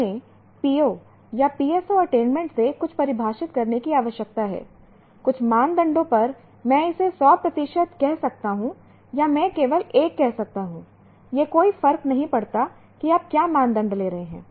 हमें PO या PSO attainment से कुछ परिभाषित करने की आवश्यकता है कुछ मानदंडों पर मैं इसे 100 प्रतिशत कह सकता हूं या मैं केवल 1 कह सकता हूं यह कोई फर्क नहीं पड़ता कि आप क्या मानदंड ले रहे हैं